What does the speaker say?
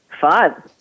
Fun